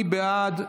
מי בעד?